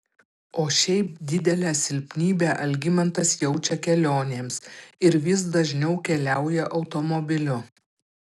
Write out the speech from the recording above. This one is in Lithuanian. o šiaip didelę silpnybę algimantas jaučia kelionėms ir vis dažniau keliauja automobiliu